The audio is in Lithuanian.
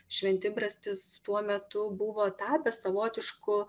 šventibrastis tuo metu buvo tapęs savotišku